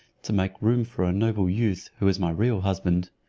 to make room for a noble youth, who is my real husband.